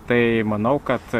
tai manau kad